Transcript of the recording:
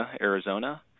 Arizona